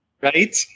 Right